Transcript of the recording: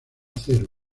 cero